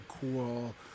cool